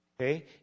Okay